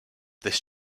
this